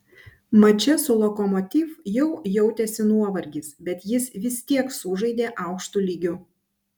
mače su lokomotiv jau jautėsi nuovargis bet jis vis tiek sužaidė aukštu lygiu